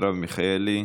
שרובם לא נמצאים כאן היום,